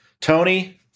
Tony